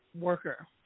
Worker